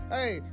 Hey